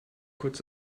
kurz